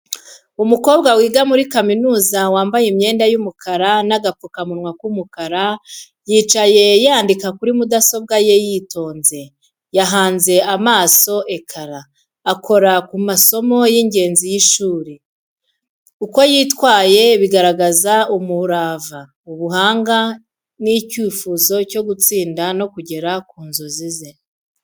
Umukobwa wiga muri kaminuza, wambaye imyenda y’umukara n’agapfukamunwa k’umukara, yicaye yandika kuri mudasobwa ye yitondewe. Yahanze amaso ekara, akora ku masomo y’ingenzi y’ishuri. Uko yitwaye bigaragaza umurava, ubuhanga, n’icyifuzo cyo gutsinda no kugera ku nzozi ze.